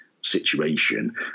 situation